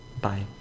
bye